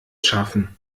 schaffen